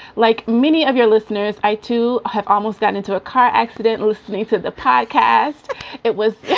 like many of your listeners, i too have almost gotten into a car accident listening to the podcast it was,